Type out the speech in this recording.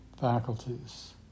faculties